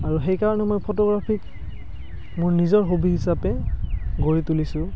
আৰু সেইকাৰণে মই ফটোগ্ৰাফীক মোৰ নিজৰ হবী হিচাপে গঢ়ি তুলিছোঁ